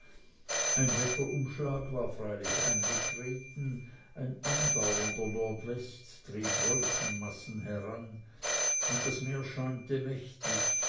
ein wetterumschlag war freilich eingetreten ein andauern der nordwest trieb wolkenmassen heran und das meer schäumte mächtig